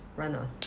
right not